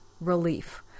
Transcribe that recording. relief